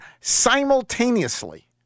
simultaneously